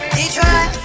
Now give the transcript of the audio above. Detroit